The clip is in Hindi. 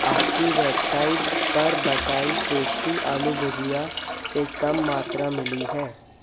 आपकी वेबसाइट पर बताई टेस्टी आलू भुजिया से कम मात्रा मिली है